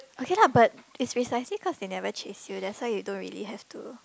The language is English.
okay lah but it's precisely cause they never chase you that's why you don't really have to